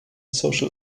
social